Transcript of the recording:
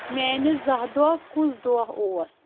میانِہ زاہ دۄہہ کُس دوہ اوس ؟